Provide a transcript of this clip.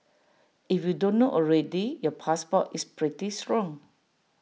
if you don't know already your passport is pretty strong